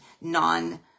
non